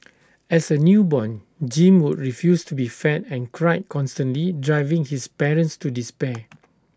as A newborn Jim would refuse to be fed and cried constantly driving his parents to despair